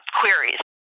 queries